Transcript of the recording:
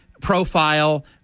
profile